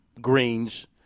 greens